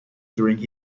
during